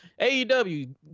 AEW